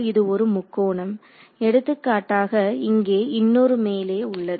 இது ஒரு முக்கோணம் எடுத்துக்காட்டாக இங்கே இன்னொரு முக்கோணம் மேலே உள்ளது